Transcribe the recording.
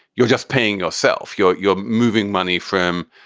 you're just paying yourself, you're you're moving money from,